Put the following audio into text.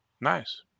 Nice